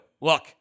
Look